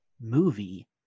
movie